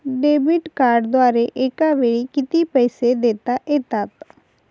Debit कार्डद्वारे एकावेळी किती पैसे देता येतात?